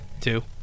Two